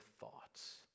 thoughts